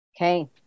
Okay